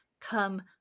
come